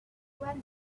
went